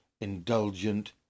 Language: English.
indulgent